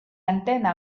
antena